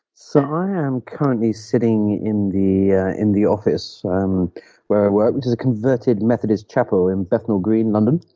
so i am currently sitting in the ah in the office um where i work, which is a converted methodist chapel in bethnal green, london.